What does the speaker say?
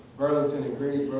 burlington and